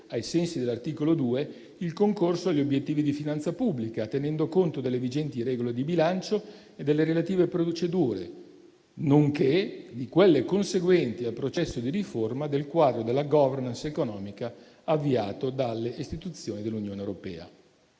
ai sensi dell'articolo 2, il concorso agli obiettivi di finanza pubblica tenendo conto delle vigenti regole di bilancio e delle relative procedure, nonché di quelle conseguenti al processo di riforma del quadro della *governance* economica avviato dalle istituzioni dell'Unione europea.